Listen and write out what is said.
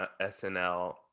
SNL